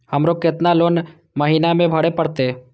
हमरो केतना लोन महीना में भरे परतें?